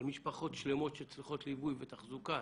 על משפחות שלמות שצריכות ליווי ותחזוקה,